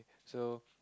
so